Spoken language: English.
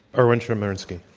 erwin chemerinsky.